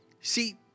See